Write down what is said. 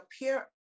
appear